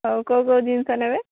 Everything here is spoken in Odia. ଆଉ କୋଉ କୋଉ ଜିନିଷ ନେବେ